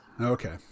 Okay